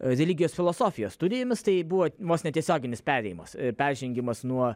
religijos filosofijos studijomis tai buvo vos ne tiesioginis perėjimas ir peržengimas nuo